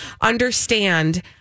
understand